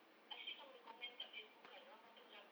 I see some of the comments kat facebook kan dia orang kata macam